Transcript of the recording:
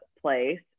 place